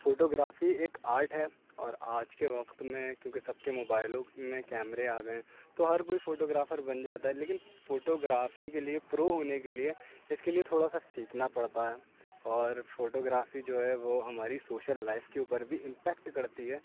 photography ایک art ہے اور آج کے وقت میں کیوںکہ سب کے موبائلوں میں کیمرے آ گئے ہیں تو ہر کوئی فوٹوگرافر بن جاتا ہے لیکن فوٹوگرافی کے لیے پرو ہونے کے لیے اس کے لیے تھوڑا سا سیکھنا پڑتا ہے اور فوٹوگرافی جو ہے وہ ہماری سوشل لائف کے اوپر بھی امپیکٹ کرتی ہے